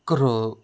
करोमि